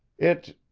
it.